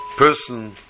person